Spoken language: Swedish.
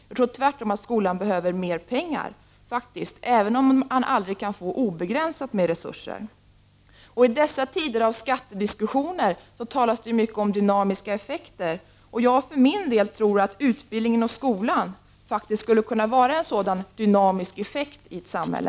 Jag tror att skolan tvärtom behöver mera pengar, även om man aldrig kan få obegränsat med resurser. I dessa tider av skattediskussioner talas det ju mycket om dynamiska effekter. Jag tror för min del att utbildningen och skolan skulle kunna vara en sådan dynamisk effekt i ett samhälle.